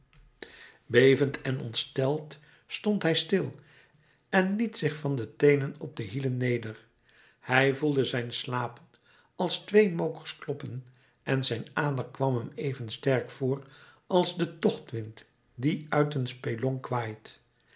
bevend en ontsteld stond hij stil en liet zich van de teenen op de hielen neder hij voelde zijn slapen als twee mokers kloppen en zijn adem kwam hem even sterk voor als de tochtwind die uit een spelonk